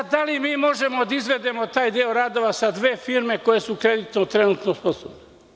Da li mi možemo da izvedemo taj deo radova sa dve firme koje su trenutno kreditno sposobne?